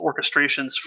orchestrations